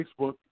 Facebook